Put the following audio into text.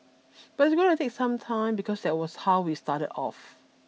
but it's gonna take some time because that was how we started off